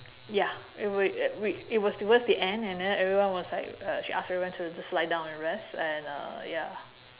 ya it we we it was towards the end and then everyone was like uh she ask everyone to just lie down and rest and uh ya